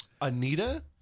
Anita